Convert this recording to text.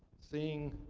seeing